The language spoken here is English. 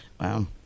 wow